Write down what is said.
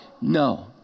No